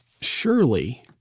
surely